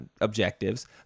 objectives